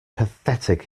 pathetic